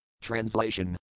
Translation